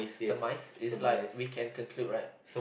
surmise is like we can conclude right